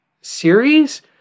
series